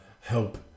help